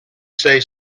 say